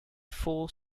full